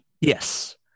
Yes